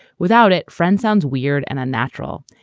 without it friends sounds weird and unnatural.